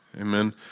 Amen